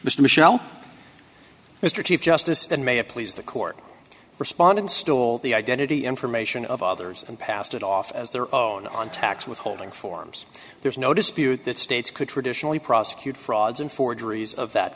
mr michel mr chief justice and may it please the court respondents stole the identity information of others and passed it off as their own on tax withholding forms there's no dispute that states could traditionally prosecute frauds and forgeries of that